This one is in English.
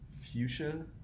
Fuchsia